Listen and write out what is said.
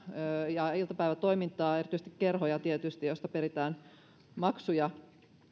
ja ja iltapäivätoimintaa erityisesti kerhoja tietysti joista peritään maksuja